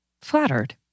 flattered